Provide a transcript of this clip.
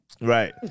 Right